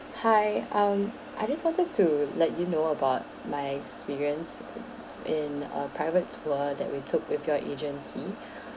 hi um I just wanted to let you know about my experience in a private tour that we took with your agency